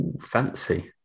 Fancy